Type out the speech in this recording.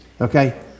Okay